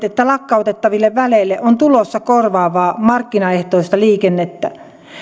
että lakkautettaville väleille on tulossa korvaavaa markkinaehtoista liikennettä